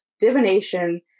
divination